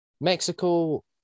Mexico